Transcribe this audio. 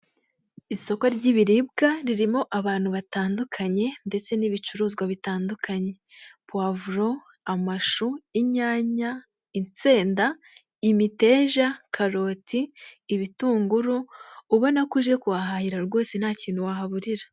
Isoko ry'ibiribwa, ririmo abantu batandukanye ndetse n'ibicuruzwa bitandukanye. pavuro, amashu, inyanya, insenda, imiteja, karoti, ibitunguru ubona ko uje kuhahahira rwose nta kintu wahaburira.